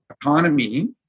economy